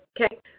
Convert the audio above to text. okay